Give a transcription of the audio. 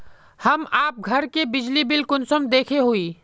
हम आप घर के बिजली बिल कुंसम देखे हुई?